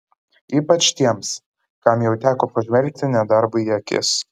ypač tiems kam jau teko pažvelgti nedarbui į akis